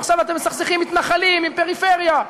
ועכשיו אתם מסכסכים בין מתנחלים ופריפריה.